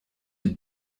die